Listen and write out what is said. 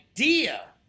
idea